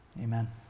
Amen